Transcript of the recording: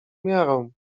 miarą